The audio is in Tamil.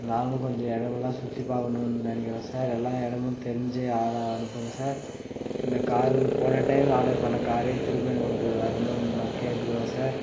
நாங்களும் கொஞ்சம் இடமெல்லாம் சுற்றி பார்க்கணுன் நினைக்கிறோம் சார் எல்லா இடமும் தெரிஞ்ச ஆளாக அனுப்புங்கள் சார் இந்த காரு போன டைம் ஆர்டர் பண்ண காரே திருப்பியும் எங்களுக்கு வரணுன் நாங்க கேட்டுக்கிறோம் சார்